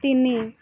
ତିନି